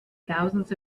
thousands